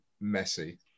messy